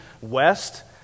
west